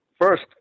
first